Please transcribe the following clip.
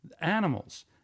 animals